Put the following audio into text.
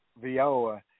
Vioa